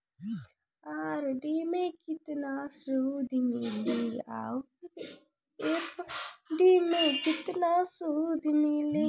RD मे केतना सूद मिली आउर एफ.डी मे केतना सूद मिली?